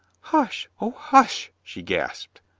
hush, o, hush! she gasped.